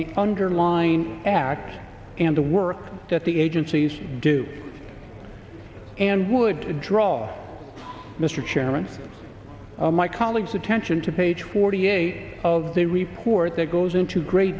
the underlying act and to work at the agencies do and would draw mr chairman my colleagues attention to page forty eight of the report it goes into great